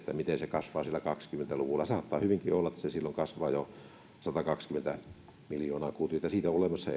miten metsä kasvaa silloin kaksikymmentä luvulla sen pitää olla näköpiirissä saattaa hyvinkin olla että se silloin kasvaa jo satakaksikymmentä miljoonaa kuutiota siitä on olemassa